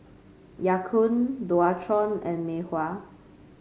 Ya Kun Dualtron and Mei Hua